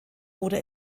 oder